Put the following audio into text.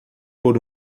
por